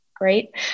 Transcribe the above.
great